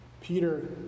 Peter